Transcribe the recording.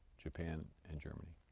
japan and germany.